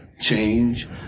change